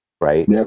right